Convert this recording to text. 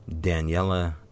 Daniela